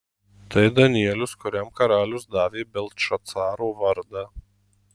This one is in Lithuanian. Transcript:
tai danielius kuriam karalius davė beltšacaro vardą